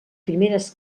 primeres